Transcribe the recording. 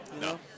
No